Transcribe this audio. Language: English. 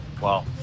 Wow